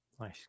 Nice